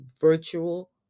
virtual